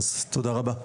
תודה רבה.